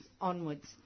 onwards